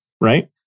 Right